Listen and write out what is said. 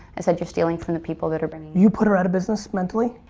i said, you're stealing from the people that are bringing you put her out of business mentally?